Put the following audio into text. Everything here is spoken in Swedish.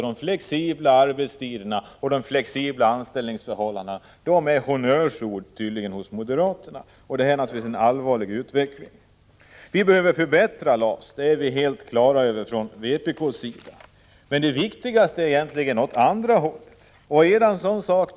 De flexibla arbetstiderna och anställningarna är tydligen honnörsord för moderaterna. Detta är naturligtvis en allvarlig utveckling. Vi behöver förbättra LAS. Det är vi i vpk helt på det klara med, men det viktigaste är egentligen förändringar åt motsatt håll.